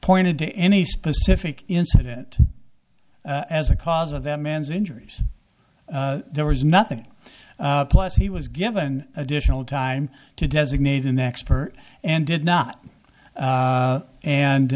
pointed to any specific incident as a cause of that man's injuries there was nothing plus he was given additional time to designate an expert and did not